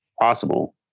possible